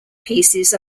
pieces